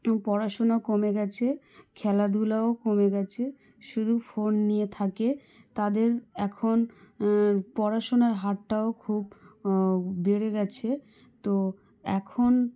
এবং পড়াশুনো কমে গিয়েছে খেলাধুলোও কমে গিয়েছে শুধু ফোন নিয়ে থাকে তাদের এখন পড়াশোনার হারটাও খুব বেড়ে গিয়েছে তো এখন